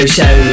Show